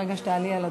מרגע שתעלי לדוכן.